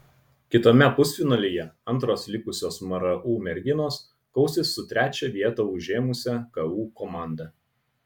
kitame pusfinalyje antros likusios mru merginos kausis su trečią vietą užėmusią ku komanda